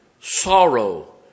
sorrow